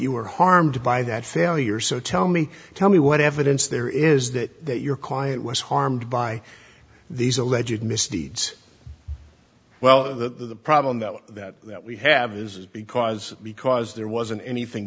you were harmed by that failure so tell me tell me what evidence there is that your client was harmed by these alleged misdeeds well the problem that was that that we have is because because there wasn't anything